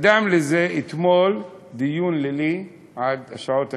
קדם לזה אתמול דיון לילי, עד השעות הקטנות,